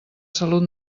salut